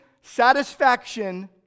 satisfaction